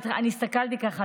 הסתכלתי ככה,